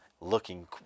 Looking